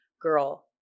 girl